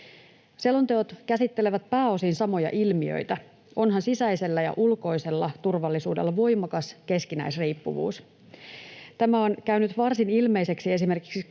Selonteot käsittelevät pääosin samoja ilmiöitä, onhan sisäisellä ja ulkoisella turvallisuudella voimakas keskinäisriippuvuus. Tämä on käynyt varsin ilmeiseksi esimerkiksi